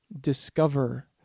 discover